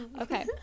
Okay